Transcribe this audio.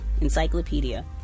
encyclopedia